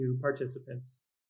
participants